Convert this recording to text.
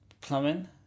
plumbing